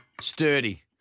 Sturdy